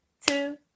two